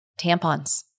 tampons